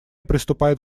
приступает